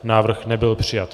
Návrh nebyl přijat.